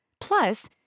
Plus